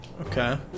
Okay